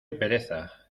pereza